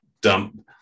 dump